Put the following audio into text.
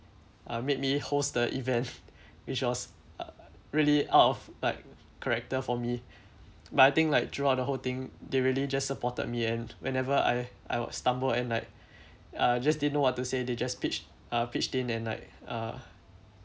uh made me host the event which was really out of like character for me but I think like throughout the whole thing they really just supported me and whenever I I got stumble and like uh just didn't know what to say they just pitch uh pitch in and like uh